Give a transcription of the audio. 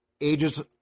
ages